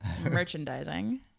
Merchandising